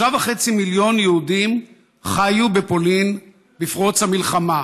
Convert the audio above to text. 3.5 מיליון יהודים חיו בפולין בפרוץ המלחמה,